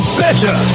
better